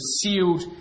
sealed